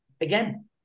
Again